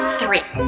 three